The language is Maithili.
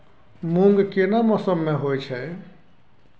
मूंग केना मौसम में होय छै?